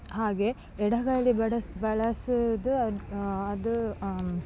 ಹಾಗೆ ಎಡಗೈಲಿ ಬಡಿಸು ಬಳಸುವುದು ಅದು